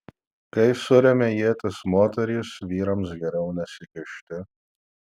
kai suremia ietis moterys vyrams geriau nesikišti